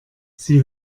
sie